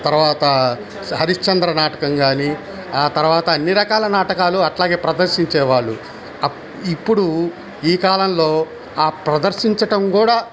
తర్వాత హరిశ్చంద్ర నాటకం గానీ ఆ తర్వాత అన్ని రకాల నాటకాలు అట్లాగే ప్రదర్శించేవాళ్ళు ఇప్పుడు ఈ కాలంలో ఆ ప్రదర్శించటం కూడా